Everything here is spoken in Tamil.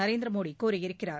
நரேந்திர மோடி கூறியிருக்கிறார்